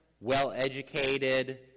well-educated